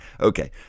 Okay